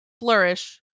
flourish